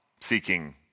seeking